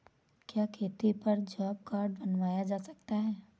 क्या खेती पर जॉब कार्ड बनवाया जा सकता है?